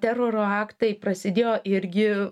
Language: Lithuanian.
teroro aktai prasidėjo irgi